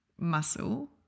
muscle